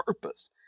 purpose